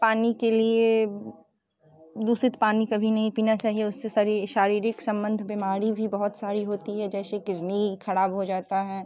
पानी के लिए दूषित पानी कभी नहीं पीना चाहिए उससे शारीरिक सम्बन्ध बीमारी भी बहुत सारी होती है जैसे किडनी खराब हो जाता है